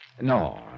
No